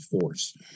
force